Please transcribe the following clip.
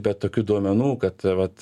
bet tokių duomenų kad vat